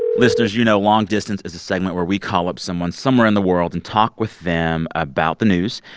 listeners, you know long distance is a segment where we call up someone somewhere in the world and talk with them about the news.